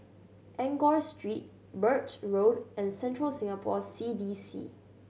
Enggor Street Birch Road and Central Singapore C D C